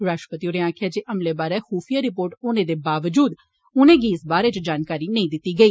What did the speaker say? राष्ट्रपति होरें आक्खेया जे हमले बारे खुफिया रिपोर्ट होने दे बावजूद उनेंगी इस बारे च जानकारी नेंई दिती गेई